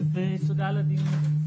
אז תודה על קיום הדיון הזה.